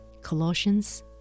Colossians